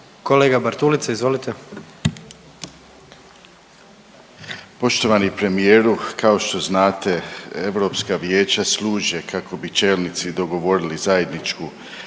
Stephen Nikola (DP)** Poštovani premijeru kao što znate Europska vijeća služe kako bi čelnici dogovorili zajedničku